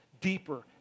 deeper